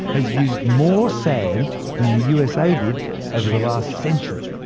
has used more sand than the usa did over the last century.